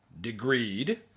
degreed